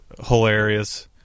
hilarious